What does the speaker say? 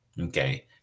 Okay